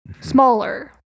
smaller